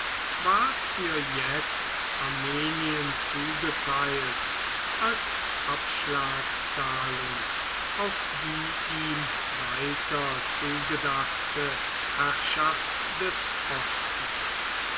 ward für jetzt armenien zugeteilt als abschlagzahlung auf die ihm weiter zugedachte herrschaft des ostens